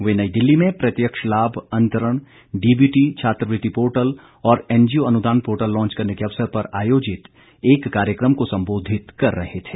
वे नई दिल्ली में प्रत्यक्ष लाभ अंतरण डीबीटी छात्रवृत्ति पोर्टल और एनजीओ अनुदान पोर्टल लॉन्च करने के अवसर पर आयोजित एक कार्यक्रम को संबोधित कर रहे थे